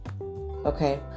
Okay